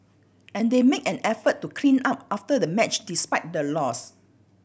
and they made an effort to clean up after the match despite the loss